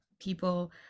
people